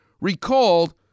recalled